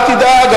אל תדאג,